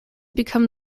become